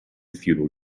feudal